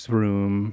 room